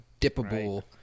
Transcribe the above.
dippable